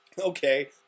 Okay